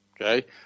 okay